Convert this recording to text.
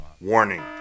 Warning